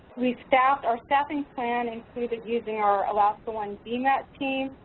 we staff our staffing plan included using our alaska one dmat team,